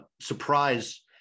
surprise